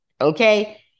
Okay